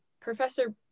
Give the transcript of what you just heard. Professor